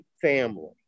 family